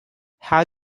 how